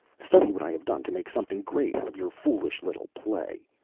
study what i have done to make something great out of your foolish little play.